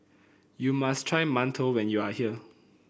you must try mantou when you are here